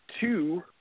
two